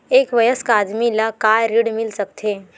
एक वयस्क आदमी ला का ऋण मिल सकथे?